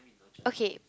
okay